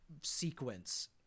sequence